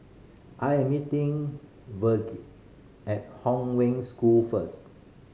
I am meeting Virge at Hong Wen School first